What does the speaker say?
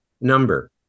number